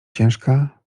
ciężka